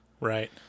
Right